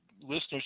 listeners